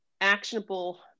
actionable